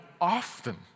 often